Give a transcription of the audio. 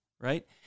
right